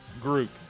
group